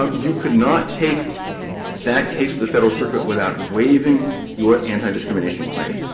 ah you could not take that case to the federal circuit without waiving your antidiscrimination claim.